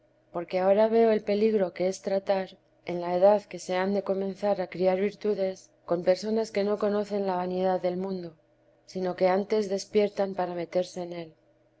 porque ahora veo el peligro que es tratar en la edad que se han de comenzar a criar virtudes con personas que no conocen la vanidad del mundo sino que antes despiertan para meterse en él